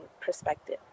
perspective